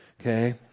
okay